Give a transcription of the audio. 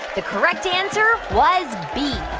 the correct answer was b.